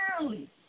early